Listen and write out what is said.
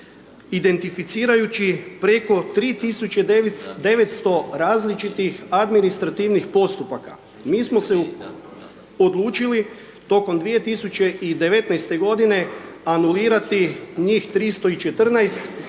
Identificirajući preko 3900 različitih administrativnih postupaka, mi smo se odlučili tokom 2019. g. anulirati njih 314 i prema